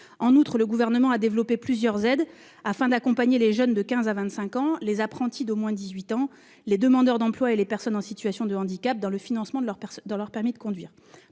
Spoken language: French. En outre, le Gouvernement a développé plusieurs aides afin d'accompagner les jeunes de 15 à 25 ans, les apprentis d'au moins 18 ans, les demandeurs d'emploi et les personnes en situation de handicap dans le financement de leur permis de conduire.